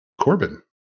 Corbin